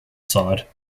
side